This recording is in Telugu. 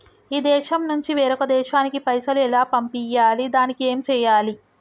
ఈ దేశం నుంచి వేరొక దేశానికి పైసలు ఎలా పంపియ్యాలి? దానికి ఏం చేయాలి?